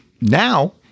Now